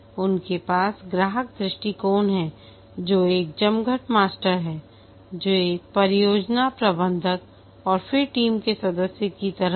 उनके पास ग्राहक दृष्टिकोण है जो एक जमघट मास्टर है जो एक परियोजना प्रबंधक और फिर टीम के सदस्यों की तरह है